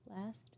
Last